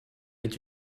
est